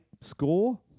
score